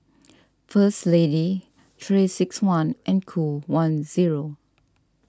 First Lady three six one and Qoo one zero